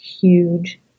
huge